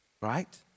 Right